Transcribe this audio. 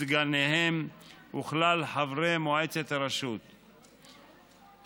סגניהם וכלל חברי מועצת הרשות,